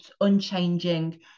unchanging